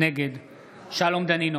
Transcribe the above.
נגד שלום דנינו,